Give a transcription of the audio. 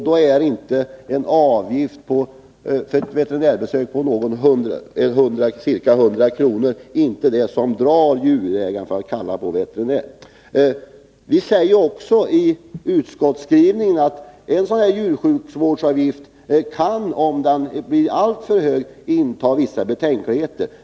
Då är det inte en avgift på ca 100 kr. för ett veterinärbesök som gör att djurägaren drar sig för att kalla på veterinär. Vi säger i utskottets skrivning också att man kan hysa betänkligheter mot en sådan här djursjukvårdsavgift, om den blir alltför hög.